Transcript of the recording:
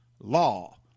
law